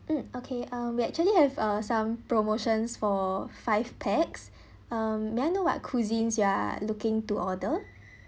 mm okay um we actually have uh some promotions for five pax um may I know what cuisines you are looking to order